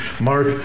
Mark